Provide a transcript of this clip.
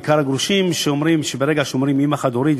בעיקר לגרושים שאומרים שברגע שאומרים "אימא חד-הורית",